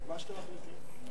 מה שאתם מחליטים.